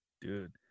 dude